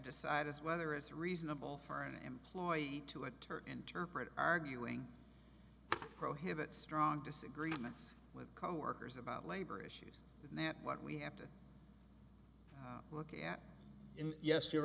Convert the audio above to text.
decide is whether it's reasonable for an employee to inter interpret arguing prohibit strong disagreements with coworkers about labor issues that what we have to